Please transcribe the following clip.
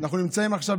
המתחדשת עוסקת